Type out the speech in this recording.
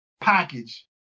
package